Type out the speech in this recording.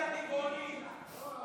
תשיר להם אולי שיר ערש.